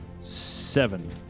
Seven